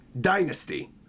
dynasty